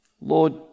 Lord